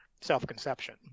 self-conception